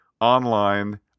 online